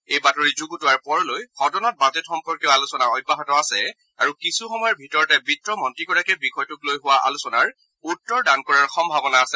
এই বাতৰি যুগুতোৱাৰ পৰলৈ সদনত বাজেট সম্পৰ্কীয় আলোচনা অব্যাহত আছে আৰু কিছুসময়ৰ ভিতৰতে বিত্ত মন্ত্ৰীগৰাকীয়ে বিষয়টোক লৈ হোৱা আলোচনাৰ উত্তৰ দান কৰাৰ সম্ভাৱনা আছে